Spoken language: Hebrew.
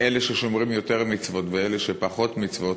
אלה ששומרים יותר מצוות ואלה שפחות מצוות,